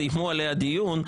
סיימו עליה דיון,